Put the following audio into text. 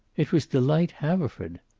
it was delight haverford.